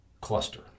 cluster